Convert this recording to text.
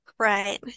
Right